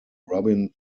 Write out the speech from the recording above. robin